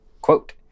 Quote